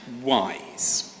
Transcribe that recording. wise